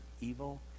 evil